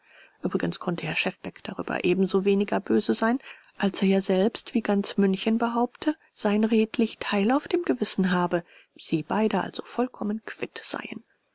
uebrigens könnte herr schefbeck darüber umsoweniger böse sein als er ja selbst wie ganz münchen behaupte sein redlich teil auf dem gewissen habe sie beide also vollkommen quitt seien